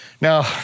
Now